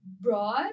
broad